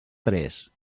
tres